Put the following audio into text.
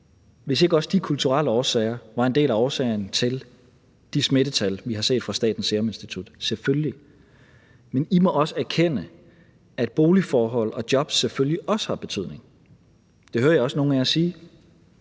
og meget andet, var en del af årsagerne til de smittetal, vi har set fra Statens Serum Institut – selvfølgelig. I må også erkende, at boligforhold og job selvfølgelig også har betydning. Det hører jeg også nogle af jer sige.